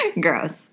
Gross